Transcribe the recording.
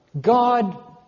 God